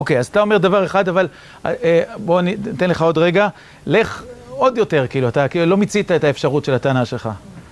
אוקיי, אז אתה אומר דבר אחד, אבל בואו אני אתן לך עוד רגע. לך עוד יותר, כאילו אתה, כאילו לא מיצית את האפשרות של הטענה שלך.